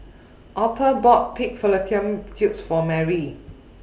Auther bought Pig Fallopian Tubes For Merrily